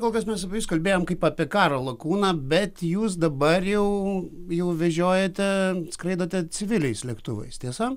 kol kas mes apie jus kalbėjom kaip apie karo lakūną bet jūs dabar jau jau vežiojate skridote civiliais lėktuvais tiesa